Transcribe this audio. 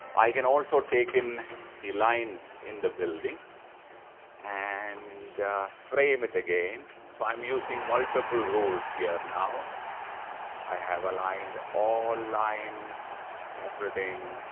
i can also take in the lines in the building and frame it again so i'm using multiple rolls here now i have aligned all lines everything